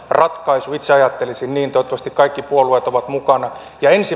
ratkaisu itse ajattelisin niin toivottavasti kaikki puolueet ovat mukana ja ensi